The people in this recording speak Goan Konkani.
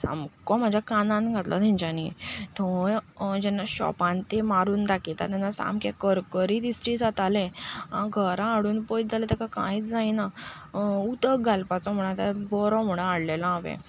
सामको म्हज्या कानांत घातला तांच्यांनी थंय जेन्ना शॉपांत ते मारून दाखयता तेन्ना सामकें करकरीत इस्त्री जातालें आं घरांत हाडून पयत जाल्यार ताका कांयच जायना उदक घालपाचो म्हण आतां बरो म्हूण हाडलेलो हांवें